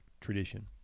tradition